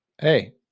hey